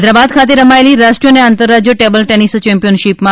હૈદરાબાદ ખાતે રમાયેલી રાષ્ટ્રીય અને આંતરરાજ્ય ટેબલટેનિસ ચેમ્પિયનશિપમાં